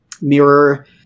Mirror